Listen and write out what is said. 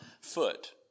foot